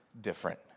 different